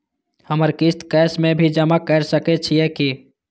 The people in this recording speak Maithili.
हमर किस्त कैश में भी जमा कैर सकै छीयै की?